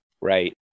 Right